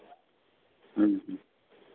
ᱦᱮᱸ ᱦᱮᱸ